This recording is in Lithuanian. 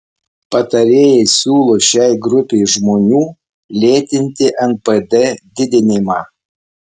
patarėjai siūlo šiai grupei žmonių lėtinti npd didinimą